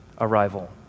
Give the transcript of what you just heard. arrival